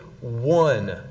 one